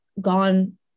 gone